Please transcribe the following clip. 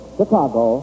Chicago